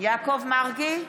יעקב מרגי,